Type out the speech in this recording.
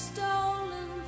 Stolen